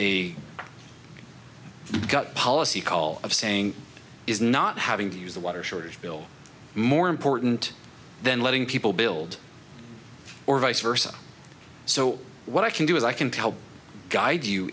gut policy call of saying is not having to use the water shortage bill more important than letting people build or vice versa so what i can do is i can tell guide you